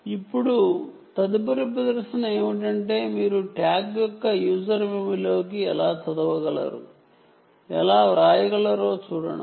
కాబట్టి ఇప్పుడు తదుపరి ప్రదర్శన ఏమిటంటే మీరు ట్యాగ్ యొక్క యూజర్ మెమరీలోకి ఎలా చదవగలరు మరియు వ్రాయగలరో చూడటం